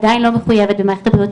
עדיין לא מחייבת בנושא בריאות.